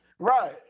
Right